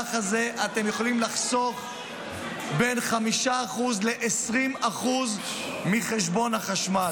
במהלך הזה אתם יכולים לחסוך בין 5% ל-20% מחשבון החשמל.